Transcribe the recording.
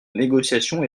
négociation